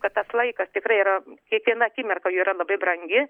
kad tas laikas tikrai yra kiekviena akimirka yra labai brangi